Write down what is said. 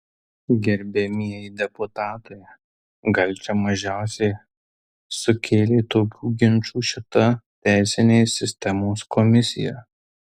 gerbiamieji deputatai gal čia mažiausiai sukėlė tokių ginčų šita teisinės sistemos komisija